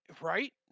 right